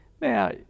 now